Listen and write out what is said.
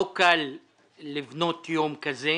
לא קל לבנות יום כזה